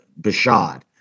Bashad